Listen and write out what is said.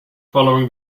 following